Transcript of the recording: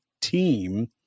team